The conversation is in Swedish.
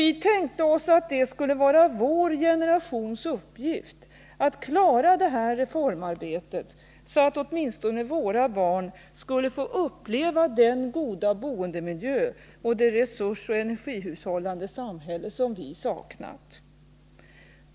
Vi tänkte oss att det skulle vara vår generations uppgift att klara av detta reformarbete, så att åtminstone våra barn skulle få uppleva den goda boendemiljö och det resursoch energihushållande samhälle som vi saknat.